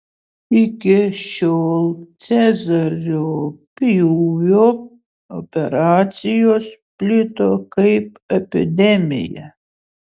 iki šiol cezario pjūvio operacijos plito kaip epidemija